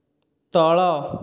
ତଳ